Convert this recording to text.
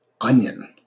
onion